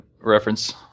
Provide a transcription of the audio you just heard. reference